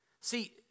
See